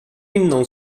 inną